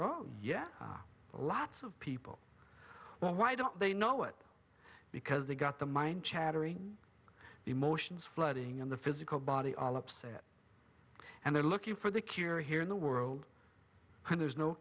wrong yet lots of people well why don't they know it because they've got the mind chattering emotions flooding in the physical body all upset and they're looking for the cure here in the world and there's no